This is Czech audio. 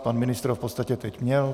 Pan ministr ho v podstatě teď měl.